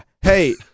Hey